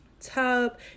tub